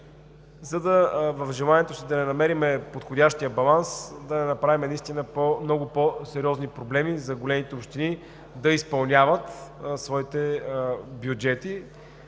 В желанието си да намерим подходящия баланс да не направим по-сериозни проблеми за големите общини да изпълняват своите бюджети.